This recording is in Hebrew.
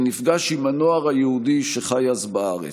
ונפגש עם הנוער היהודי החי בארץ.